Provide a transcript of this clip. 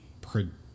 predict